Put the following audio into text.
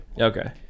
okay